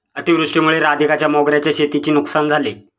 अतिवृष्टीमुळे राधिकाच्या मोगऱ्याच्या शेतीची नुकसान झाले